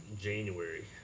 January